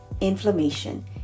inflammation